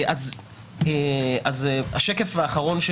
השקף האחרון,